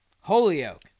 holyoke